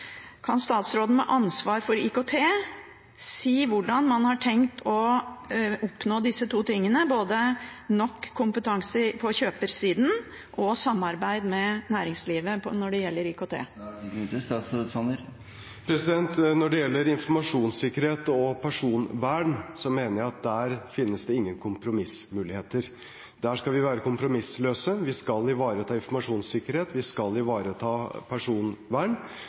Kan statsråden med ansvar for IKT si hvordan man har tenkt å oppnå disse to tingene – både nok kompetanse på kjøpersiden og samarbeid med næringslivet når det gjelder IKT? Når det gjelder informasjonssikkerhet og personvern, mener jeg at der finnes det ingen kompromissmuligheter. Der skal vi være kompromissløse, vi skal ivareta informasjonssikkerhet, vi skal ivareta personvern.